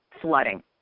flooding